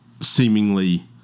seemingly